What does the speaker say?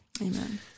Amen